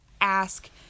ask